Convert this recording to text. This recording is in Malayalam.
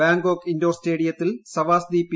ബാങ്കോക്ക് ഇൻഡോർ സ്റ്റേഡിയത്തിൽ സവാസ്ഡി പി